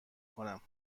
کنم